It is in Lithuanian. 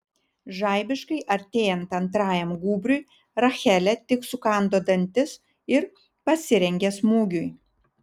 žaibiškai artėjant antrajam gūbriui rachelė tik sukando dantis ir pasirengė smūgiui